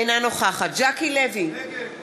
אינה נוכחת יריב